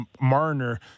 Marner